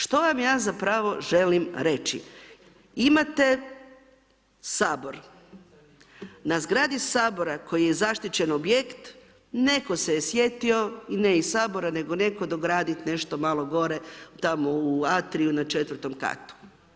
Što vam ja zapravo želim reći, imate Sabor, na zgradi Sabora, koji je zaštićeni objekt, netko se je sjetio, ne iz Sabora, nego netko dograditi nešto malo gore, tamo u atriju na 4 katu.